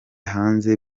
hanze